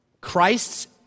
Christ's